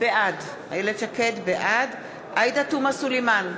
בעד עאידה תומא סלימאן,